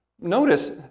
notice